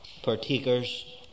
partakers